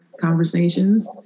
conversations